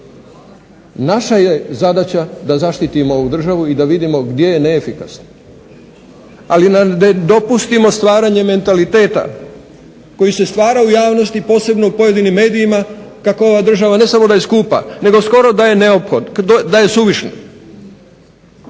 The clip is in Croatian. Naša je zadaća da zaštitimo ovu državu i da vidimo gdje je neefikasna. Ali da ne dopustimo stvaranje mentaliteta koji se stvara u javnosti posebno u pojedinim medijima kako ova država ne samo da je skupa nego skoro da je suvišna